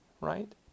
right